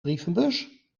brievenbus